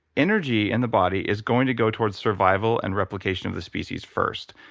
energy in the body is going to go towards survival and replication of the species first.